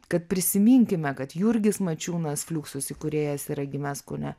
kad prisiminkime kad jurgis mačiūnas fliuksus įkūrėjas yra gimęs kaune